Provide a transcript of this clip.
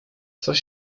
coś